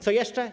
Co jeszcze?